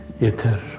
yeter